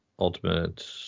Ultimate